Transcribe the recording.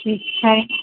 ठीक छै